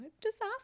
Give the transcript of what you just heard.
disaster